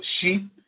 sheep